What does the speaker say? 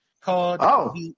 called